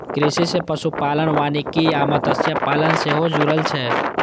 कृषि सं पशुपालन, वानिकी आ मत्स्यपालन सेहो जुड़ल छै